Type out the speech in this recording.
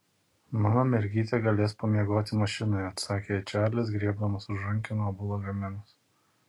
mano mergytė galės pamiegoti mašinoje atsakė jai čarlis griebdamas už rankenų abu lagaminus